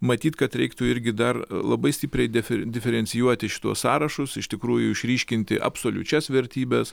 matyt kad reiktų irgi dar labai stipriai def diferencijuoti šituos sąrašus iš tikrųjų išryškinti absoliučias vertybes